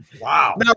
Wow